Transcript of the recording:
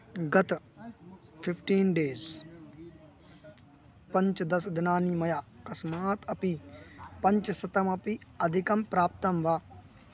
गत fifteen days पञ्चदश दिनानि मया कस्मात् अपि पञ्चशतमपि अधिकं प्राप्तं वा